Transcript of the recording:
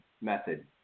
method